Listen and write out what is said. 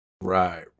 Right